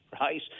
right